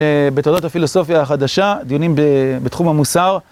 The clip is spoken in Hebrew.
בתולדות הפילוסופיה החדשה, דיונים בתחום המוסר.